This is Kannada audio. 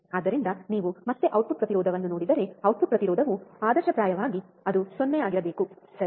ಆದ್ದರಿಂದ ನೀವು ಮತ್ತೆ ಔಟ್ಪುಟ್ ಪ್ರತಿರೋಧವನ್ನು ನೋಡಿದರೆ ಔಟ್ಪುಟ್ ಪ್ರತಿರೋಧವು ಆದರ್ಶಪ್ರಾಯವಾಗಿ ಅದು 0 ಆಗಿರಬೇಕು ಸರಿ